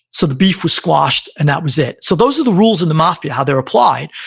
so the beef was squashed, and that was it. so those are the rules of the mafia, how they're applied.